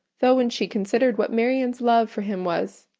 though when she considered what marianne's love for him was,